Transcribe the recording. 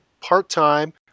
part-time